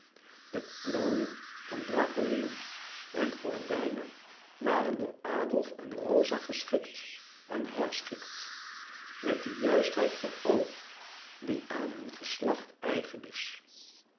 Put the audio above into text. de plooien van draperiën en gordijnen waren door adolf en rosa geschikt en herschikt met die juistheid van oog die aan hun geslacht eigen is